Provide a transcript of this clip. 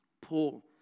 Paul